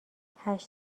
هشت